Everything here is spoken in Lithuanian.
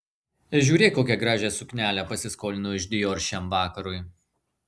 žiūrėk kokią gražią suknelę pasiskolino iš dior šiam vakarui